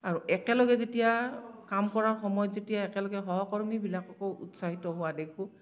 আৰু একেলগে যেতিয়া কাম কৰাৰ সময়ত যেতিয়া একেলগে সহকৰ্মীবিলাককো উৎসাহিত হোৱা দেখো